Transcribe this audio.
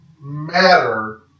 matter